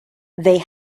they